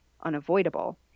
unavoidable